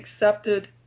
accepted